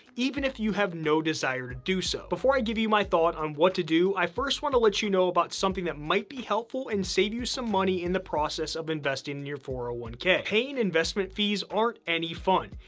even if you have no desire to do so. before i give you my thoughts on what to do, i first wanna let you know about something that might be helpful and save you some money in the process of investing in your four hundred and ah one k. paying investment fees aren't any fun.